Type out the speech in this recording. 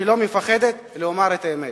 לא מפחדת לומר את האמת.